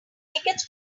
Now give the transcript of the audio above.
tickets